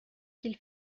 qu’il